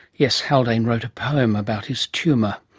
yes, haldane wrote a poem about his tumour.